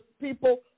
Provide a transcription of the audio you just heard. people